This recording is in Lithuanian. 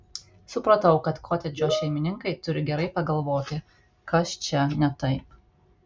supratau kad kotedžo šeimininkai turi gerai pagalvoti kas čia ne taip